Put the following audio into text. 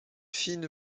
fine